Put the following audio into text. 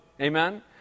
Amen